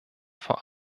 vor